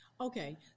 Okay